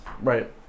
Right